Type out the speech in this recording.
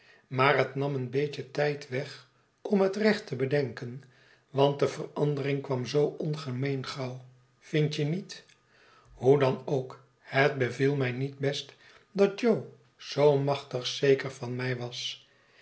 maar het nam een beetje tijd wegom het recht te bedenken want de verandering kwam zoo ongemeen gauw vindt je niet hoe dan ook het beviel mij niet best dat jo zoo machtig zeker van mij was